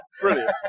brilliant